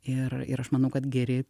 ir ir aš manau kad geri